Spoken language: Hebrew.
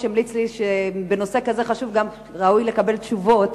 המליץ לי שבנושא כזה חשוב וגם ראוי לקבל תשובות.